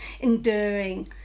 enduring